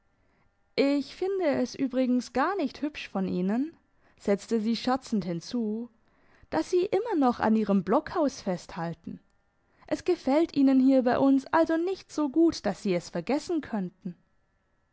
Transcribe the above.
ich finde es übrigens gar nicht hübsch von ihnen setzte sie scherzend hinzu dass sie immer noch an ihrem blockhaus festhalten es gefällt ihnen hier bei uns also nicht so gut dass sie es vergessen könnten